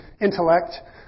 intellect